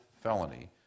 felony